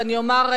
ואני אומר: